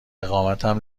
اقامتم